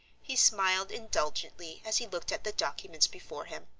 he smiled indulgently as he looked at the documents before him.